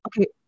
Okay